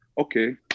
okay